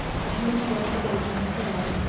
her hand went again to her hair.